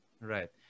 right